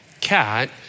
cat